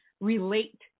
relate